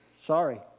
sorry